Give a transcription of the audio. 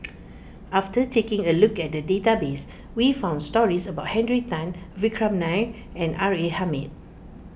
after taking a look at the database we found stories about Henry Tan Vikram Nair and R A Hamid